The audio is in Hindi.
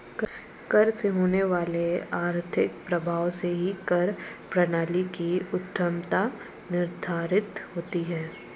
कर से होने वाले आर्थिक प्रभाव से ही कर प्रणाली की उत्तमत्ता निर्धारित होती है